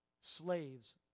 slaves